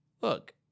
look